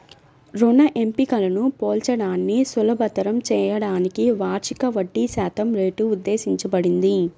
రుణ ఎంపికలను పోల్చడాన్ని సులభతరం చేయడానికి వార్షిక వడ్డీశాతం రేటు ఉద్దేశించబడింది